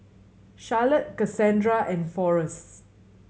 Charlotte Kasandra and Forests